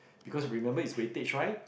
because remember it's weightage right